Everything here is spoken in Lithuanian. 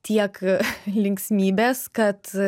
tiek linksmybės kad